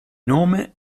nome